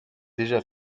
déjà